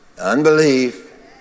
unbelief